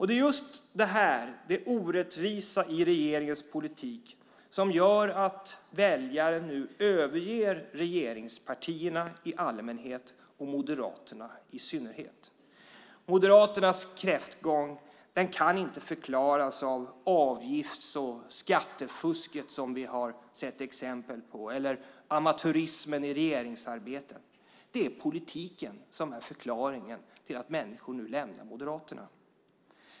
Det är just det här, det orättvisa i regeringens politik, som gör att väljare nu överger regeringspartierna i allmänhet och Moderaterna i synnerhet. Moderaternas kräftgång kan inte förklaras av det avgifts och skattefusk som vi har sett exempel på eller av amatörismen i regeringsarbetet, utan det är politiken som är förklaringen till att människor nu lämnar Moderaterna.